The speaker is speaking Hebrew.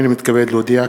הנני מתכבד להודיע,